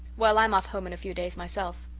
well, i'm off home in a few days myself.